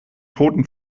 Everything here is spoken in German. toten